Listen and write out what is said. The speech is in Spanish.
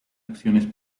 acciones